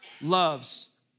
loves